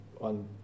on